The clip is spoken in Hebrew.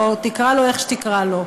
או תקרא לו איך שתקרא לו.